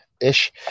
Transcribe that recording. ish